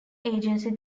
agency